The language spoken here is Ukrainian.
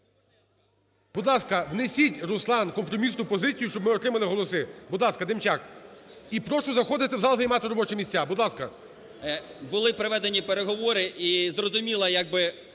Будь ласка, внесіть, Руслан, компромісну позицію, щоб ми отримали голоси. Будь ласка, Демчак і прошу заходити в зал, займати робочі місця, будь ласка. 17:19:00 ДЕМЧАК Р.Є. Були проведені переговори і зрозуміла як би